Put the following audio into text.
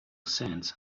sands